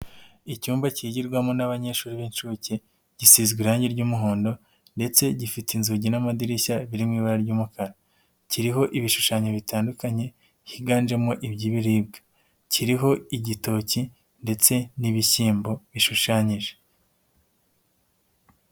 Icyumba kigirwamo n'abanyeshuri b'inshuke, gisizwe irangi ry'umuhondo ndetse gifite inzugi n'amadirishya biri mu ibara ry'umukara. Kiriho ibishushanyo bitandukanye higanjemo iby'ibiribwa. Kiriho igitoki ndetse n'ibishyimbo bishushanyije.